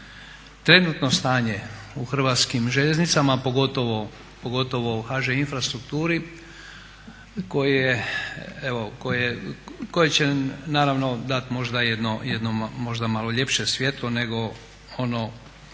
trenutno stanje u Hrvatskim željeznicama, pogotovo u HŽ infrastrukturi koje će naravno dati možda jedno malo ljepše svjetlo nego ono